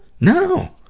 No